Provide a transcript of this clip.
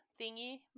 thingy